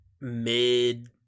mid